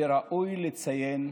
שראוי לציין.